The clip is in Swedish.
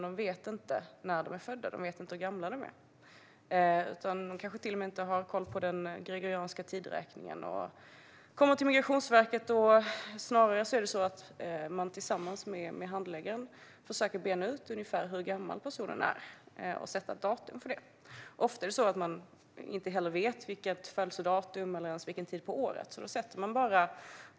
De vet inte när de är födda, hur gamla de. De kanske inte ens har koll på den gregorianska tideräkningen. Snarare är det på det sättet att man tillsammans med handläggaren på Migrationsverket försöker bena ut ungefär hur gammal personen är och sätta ett datum för det. Ofta vet man inte födelsedatum eller ens vilken tid på året man är född.